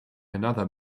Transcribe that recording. another